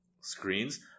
screens